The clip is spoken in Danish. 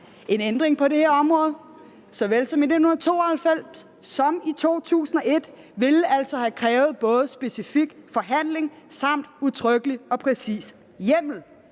En ændring på det her område såvel i 1992 som i 2001 ville altså have krævet både specifik forhandling og udtrykkelig og præcis hjemmel.